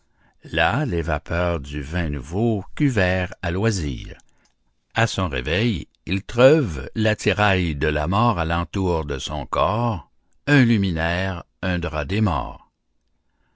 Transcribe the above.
là les vapeurs du vin nouveau cuvèrent à loisir à son réveil il treuve l'attirail de la mort à l'entour de son corps un luminaire un drap des morts